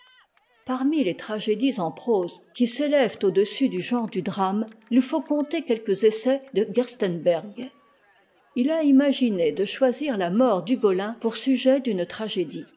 parmi les tragédies en prose qui s'élèvent audessus du genre du drame il faut compter quelques essais de gerstenberg h a imaginé de choisir la mort d'ugolin pour sujet d'une tragédie